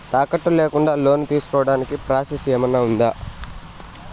తాకట్టు లేకుండా లోను తీసుకోడానికి ప్రాసెస్ ఏమన్నా ఉందా?